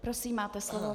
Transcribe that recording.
Prosím, máte slovo.